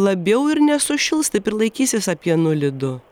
labiau ir nesušils taip ir laikysis apie nulį du